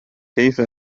كيف